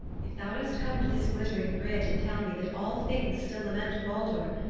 if thou dost come to this glittering bridge and tell me that all things still lament baldur,